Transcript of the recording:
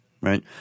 right